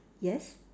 yes